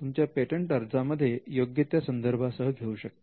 तुमच्या पेटंट अर्जामध्ये योग्य त्या संदर्भासह घेऊ शकता